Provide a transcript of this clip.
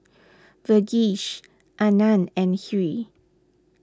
Verghese Anand and Hri